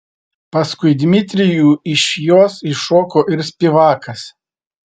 paskui dmitrijų iš jos iššoko ir spivakas